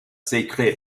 s’écria